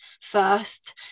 first